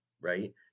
Right